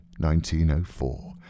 1904